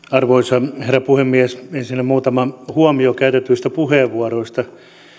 arvoisa herra puhemies ensinnä muutama huomio käytetyistä puheenvuoroista